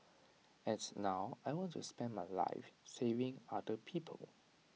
and now I want to spend my life saving other people